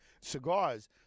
cigars